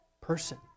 person